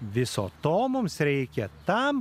viso to mums reikia tam